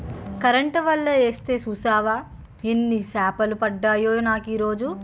Current వల యేస్తే సూసేవా యెన్ని సేపలు పడ్డాయో నాకీరోజు?